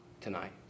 tonight